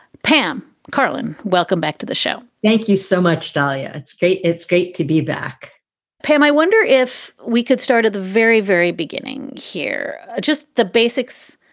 pam karlan, welcome back to the show thank you so much, dahlia. it's great. it's great to be back pam, i wonder if we could start at the very, very beginning here. just the basics.